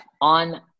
on